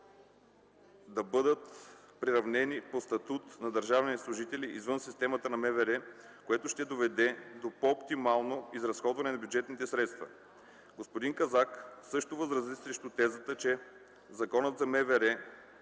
да бъдат приравнени по статут на държавните служители извън системата на МВР, което ще доведе до по-оптимално изразходване на бюджетните средства. Господин Казак също възрази срещу тезата, че Законът за МВР